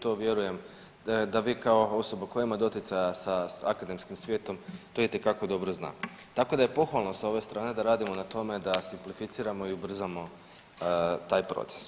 To vjerujem da vi kao osoba koja ima doticaja sa akademskim svijetom to itekako dobro zna, tako da je pohvalno sa ove strane da radimo na tome da simplificiramo i ubrzamo taj proces.